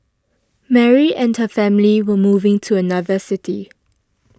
Mary and her family were moving to another city